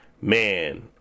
man